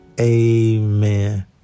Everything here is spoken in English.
amen